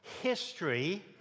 History